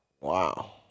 Wow